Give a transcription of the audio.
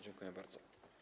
Dziękuję bardzo.